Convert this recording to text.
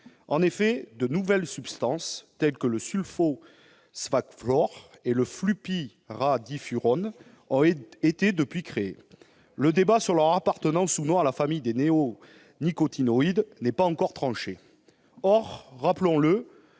En effet, de nouvelles substances, telles que le sulfoxaflor et la flupyradifurone, ont été depuis créées. Le débat sur leur appartenance ou non à la famille des néonicotinoïdes n'est pas encore tranché. Or, rappelons-le,